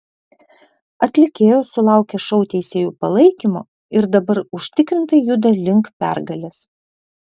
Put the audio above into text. atlikėjos sulaukė šou teisėjų palaikymo ir dabar užtikrintai juda link pergalės